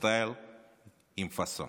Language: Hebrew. בסטייל עם פאסון.